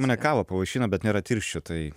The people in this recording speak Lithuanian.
mane kava pavaišino bet nėra tirščių tai